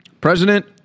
President